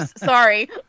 sorry